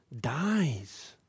dies